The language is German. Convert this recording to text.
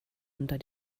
unter